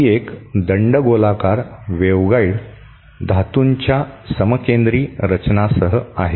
ही एक दंडगोलाकार वेव्हगाइड धातूंच्या समकेंद्री रचनासह आहे